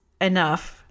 enough